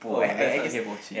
oh that's not kaypoh chee